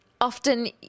Often